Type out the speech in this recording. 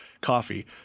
coffee